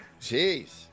Jeez